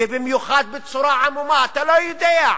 ובמיוחד בצורה עמומה, אתה לא יודע,